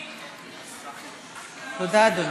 תודה, אדוני.